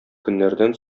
көннәрдән